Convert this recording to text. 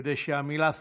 כדי שהמילה פראייר,